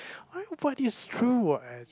but but it's true what